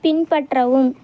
பின்பற்றவும்